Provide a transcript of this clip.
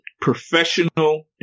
professional